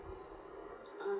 uh